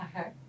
Okay